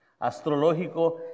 astrológico